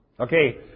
Okay